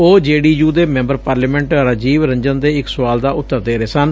ਉਹ J D U ਦੇ member parliament Rajiv Ranjan Singh ਦੇ ਇਕ ਸੁਆਲ ਦਾ ਉਤਰ ਦੇ ਰਹੇ ਸਨ